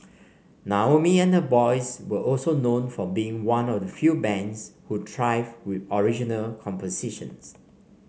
Naomi and her boys were also known for being one of the few bands who thrived with original compositions